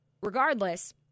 Regardless